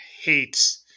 hates